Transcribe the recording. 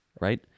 Right